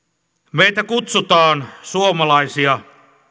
meitä kutsutaan suomalaisia